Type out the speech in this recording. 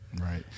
Right